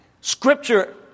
Scripture